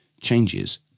changes